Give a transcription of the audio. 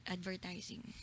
Advertising